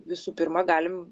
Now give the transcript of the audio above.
visų pirma galim